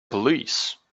police